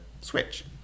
switch